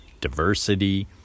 diversity